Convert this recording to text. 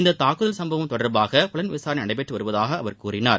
இந்த தாக்குதல் சும்பவம் தொடர்பாக புலன்விசாரணை நடைபெற்று வருவதாக அவர் கூறினார்